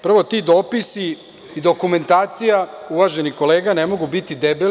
Prvo, ti dopisi i dokumentacija, uvaženi kolega, ne mogu biti debeli.